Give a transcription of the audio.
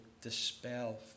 dispel